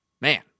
Man